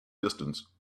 distance